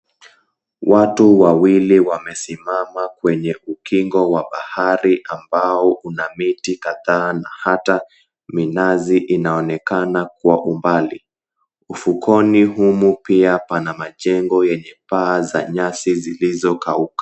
Watu wawili wamesimama kwenye ukingo wa bahari ambao una miti kadhaa na hata minazi inaonekana kwa umbali. Ufukoni humu pia kuna majengo yenye paa za manjani zilizokauka.